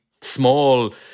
small